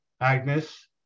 Agnes